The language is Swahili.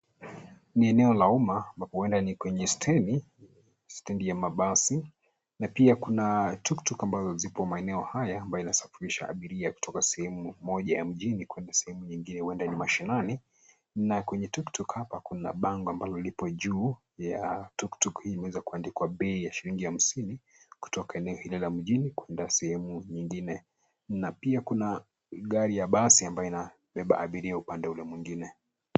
Ni eneo la umma ambapo huenda ni kwenye stendi, stendi ya mabasi na pia kuna tuktuk ambazo zipo maeneo haya, ambayo yanasafirisha abiria kutoka sehemu moja ya mjini kwenda sehemu nyingine, huenda ni mashinani na kwenye tuktuk hapa kuna bango ambalo lipo juu ya tuktuk hii, imeweza kuandikwa bei ya shillingi hamsini, kutoka eneo hili la mjini kuenda sehemu nyingine na pia kuna gari ya basi ambayo inabeba abiria upande ule mwingine.